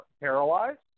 paralyzed